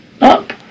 up